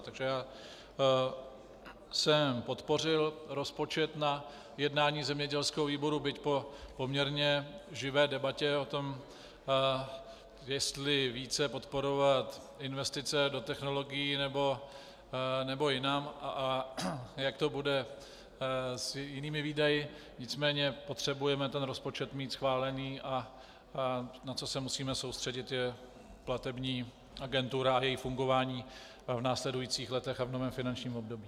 Takže já jsem podpořil rozpočet na jednání zemědělského výboru, byť po poměrně živé debatě o tom, jestli více podporovat investice do technologií nebo jinam a jak to bude s jinými výdaji, nicméně potřebujeme rozpočet mít schválený, a na co se musíme soustředit, je platební agentura a její fungování v následujících letech a v novém finančním období.